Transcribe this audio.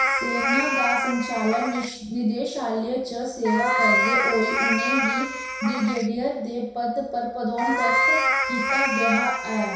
सैना दा संचालन निदेशालय च सेवा करदे होई उ'नें गी ब्रिगेडियर दे पद पर पदोन्नत कीता गेआ हा